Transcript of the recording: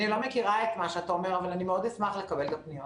אני לא מכירה את מה שאתה אומר אבל אני מאוד אשמח לקבל את הפניות.